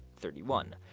thirty one.